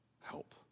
help